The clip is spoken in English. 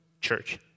church